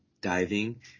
diving